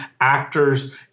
actors